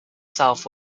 south